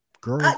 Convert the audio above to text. girl